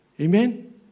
Amen